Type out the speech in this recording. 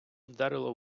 вдарило